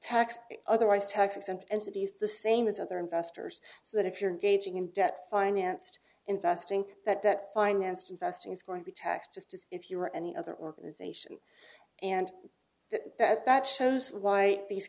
tax otherwise tax exempt and cities the same as other investors so that if your gaging in debt financed investing that debt financed investing is going to be taxed just as if you were any other organization and that that that shows why these